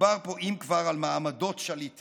מדובר פה, אם כבר, על מעמדות שליטים.